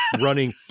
running